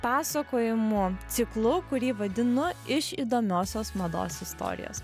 pasakojimų ciklu kurį vadinu iš įdomiosios mados istorijos